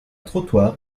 trottoir